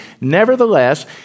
Nevertheless